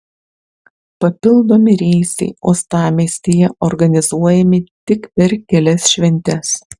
papildomi reisai uostamiestyje organizuojami tik per kelias šventes